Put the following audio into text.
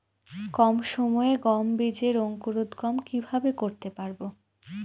কম সময়ে গম বীজের অঙ্কুরোদগম কিভাবে করতে পারব?